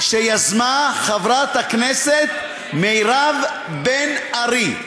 שיזמה חברת הכנסת מירב בן ארי.